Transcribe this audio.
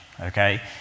okay